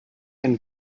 ein